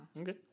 Okay